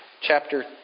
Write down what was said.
chapter